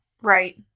Right